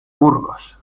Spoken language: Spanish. burgos